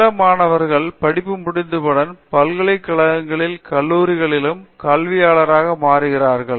நிர்மலா சில மாணவர்கள் படிப்பு முடித்தவுடன் பல்கலைக் கழகங்களிலும் கல்லூரிகளிலும் கல்வியாளராக மாறுவார்கள்